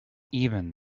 even